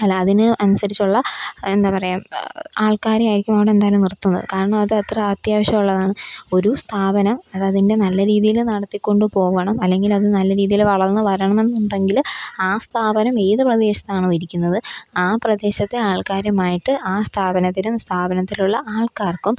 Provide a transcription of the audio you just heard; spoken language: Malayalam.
അല്ല അതിന് അനുസരിച്ചുള്ള എന്താ പറയുക ആള്ക്കാരെയായിരിക്കും അവിടെ എന്തായാലും നിര്ത്തുന്നത് കാരണം അതെത്ര അത്യാവശ്യം ഉള്ളതാണ് ഒരു സ്ഥാപനം അത് അതിന്റെ നല്ല രീതിയിൽ നടത്തിക്കൊണ്ട് പോവണം അല്ലെങ്കിലത് നല്ല രീതിയിൽ വളര്ന്ന് വരണമെന്നുണ്ടെങ്കിൽ ആ സ്ഥാപനം ഏത് പ്രദേശത്താണോ ഇരിക്കുന്നത് ആ പ്രദേശത്തെ ആള്ക്കാരുമായിട്ട് ആ സ്ഥാപനത്തിനും സ്ഥാപനത്തിലുള്ള ആള്ക്കാര്ക്കും